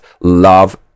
love